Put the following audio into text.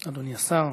בבקשה, אדוני השר.